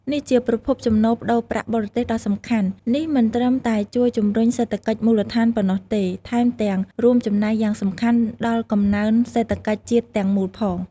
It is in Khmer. នេះជាប្រភពចំណូលប្តូរប្រាក់បរទេសដ៏សំខាន់ នេះមិនត្រឹមតែជួយជំរុញសេដ្ឋកិច្ចមូលដ្ឋានប៉ុណ្ណោះទេ ថែមទាំងរួមចំណែកយ៉ាងសំខាន់ដល់កំណើនសេដ្ឋកិច្ចជាតិទាំងមូលផង។